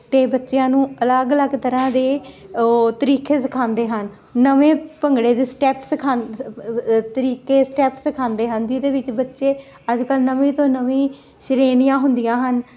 ਅਤੇ ਬੱਚਿਆਂ ਨੂੰ ਅਲੱਗ ਅਲੱਗ ਤਰ੍ਹਾਂ ਦੇ ਉਹ ਤਰੀਕੇ ਸਿਖਾਉਂਦੇ ਹਨ ਨਵੇਂ ਭੰਗੜੇ ਦੇ ਸਟੈਪ ਸਿਖਾ ਤਰੀਕੇ ਸਟੈਪ ਸਿਖਾਉਂਦੇ ਹਨ ਜਿਹਦੇ ਵਿੱਚ ਬੱਚੇ ਅੱਜ ਕੱਲ੍ਹ ਨਵੇਂ ਤੋਂ ਨਵੀਂ ਸ਼੍ਰੇਣੀਆਂ ਹੁੰਦੀਆਂ ਹਨ